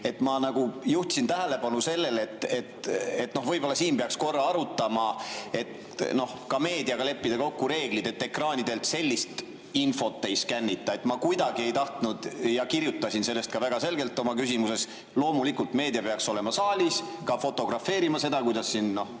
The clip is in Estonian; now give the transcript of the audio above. Ma juhtisin tähelepanu sellele, et võib-olla siin peaks korra arutama, et leppida meediaga kokku reeglid, et ekraanidelt sellist infot ei skännita. Ma kirjutasin sellest väga selgelt oma küsimuses. Loomulikult meedia peaks olema saalis, ka fotografeerima seda, kuidas siin